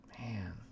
Man